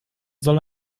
soll